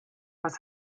was